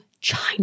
China